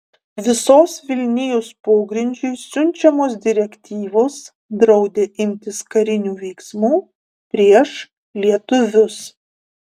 visos vilnijos pogrindžiui siunčiamos direktyvos draudė imtis karinių veiksmų prieš lietuvius